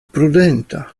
prudenta